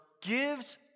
gives